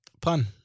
Pun